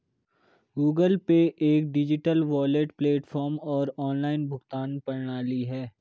Google Pay एक digital wallet platform और online भुगतान प्रणाली है